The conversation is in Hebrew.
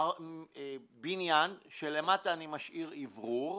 בניין ולמטה משאירים אוורור,